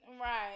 right